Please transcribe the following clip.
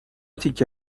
تکه